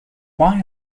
why